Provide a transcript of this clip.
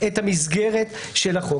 את המסגרת של החוק.